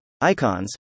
icons